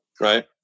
Right